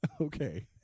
okay